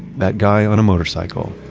that guy on a motorcycle,